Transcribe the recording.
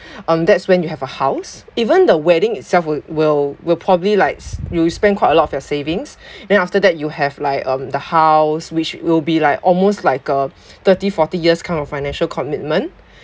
um that's when you have a house even the wedding itself will will probably likes you spend quite a lot of your savings then after that you have like um the house which will be like almost like a thirty forty years kind of financial commitment